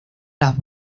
las